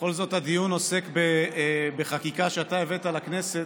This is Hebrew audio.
בכל זאת הדיון עוסק בחקיקה שאתה הבאת אל הכנסת,